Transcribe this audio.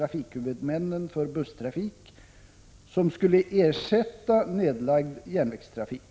1985/86:142 trafikhuvudmännen för busstrafik som skulle ersätta nedlagd järnvägstrafik.